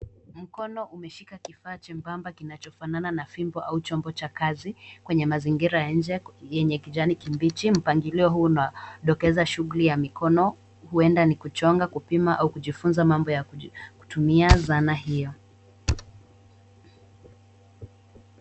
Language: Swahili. Mkono umeshika kifaa chembamba kinachofanana na fimbo au chombo cha kazi, kwenye mazingira ya nje yenye kijani kibichi. Mpangilio huu unadokeza shughuli ya mikono, huenda ni kuchonga, kupima au kujifunza mambo ya kutumia zana hio.